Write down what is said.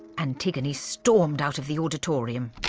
antigone stormed out of the auditorium.